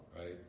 right